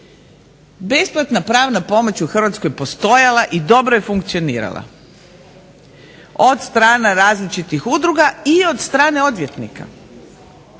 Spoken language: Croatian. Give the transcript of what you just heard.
Besplatna pravna pomoć je u Hrvatskoj postojala i dobro je funkcionirala. Od strana različitih udruga i od strane odvjetnika.